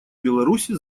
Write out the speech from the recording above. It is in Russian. беларуси